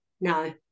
no